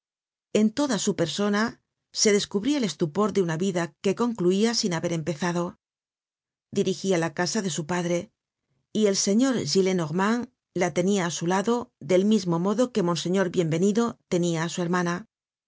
en toda su persona se descubria el estupor de una vida que concluia sin haber empezado content from google book search generated at dirigia la casa de su padre y el señor gillenormand la tenia á su lado del mismo modo que monseñor bienvenido tenia á su hermana